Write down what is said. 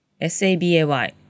S-A-B-A-Y